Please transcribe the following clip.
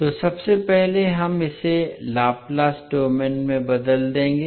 तो सबसे पहले हम इसे लाप्लास डोमेन में बदल देंगे